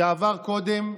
שעבר קודם,